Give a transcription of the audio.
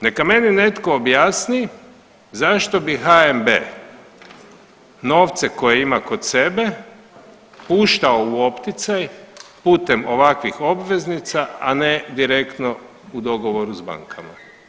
Neka meni netko objasni zašto bi HNB novce koje ima kod sebe puštao u opticaj putem ovakvih obveznica, a ne direktno u dogovoru s bankama.